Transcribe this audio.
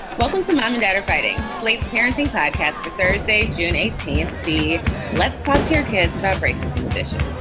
welcome to mom and dad are fighting slate's parenting podcast. thursday, june eighteenth, the let's talk to your kids about racism division.